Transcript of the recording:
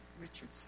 Richardson